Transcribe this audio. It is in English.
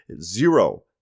Zero